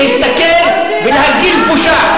להסתכל ולהרגיש בושה.